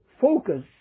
focus